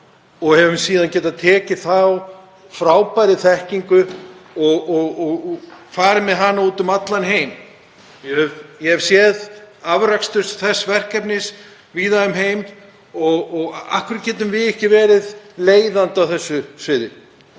Við höfum síðan getað tekið þá frábæru þekkingu og farið með hana út um allan heim. Ég hef séð afrakstur þess verkefnis víða um heim. Af hverju getum við ekki verið leiðandi á þessu sviði?